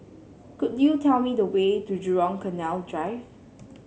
could you tell me the way to Jurong Canal Drive